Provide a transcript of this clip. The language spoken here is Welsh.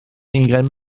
ugain